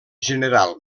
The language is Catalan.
general